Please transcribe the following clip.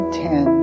ten